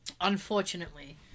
unfortunately